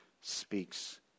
speaks